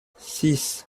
six